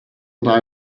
what